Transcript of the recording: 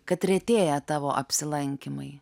kad retėja tavo apsilankymai